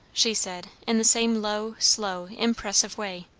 she said in the same low, slow, impressive way.